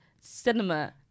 cinema